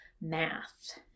math